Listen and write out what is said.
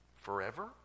Forever